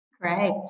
Great